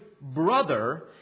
brother